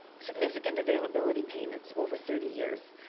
significant availability payments over thirty years.